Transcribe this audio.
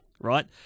right